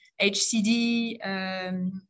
HCD